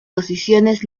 posiciones